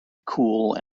cool